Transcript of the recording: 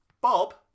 Bob